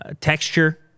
texture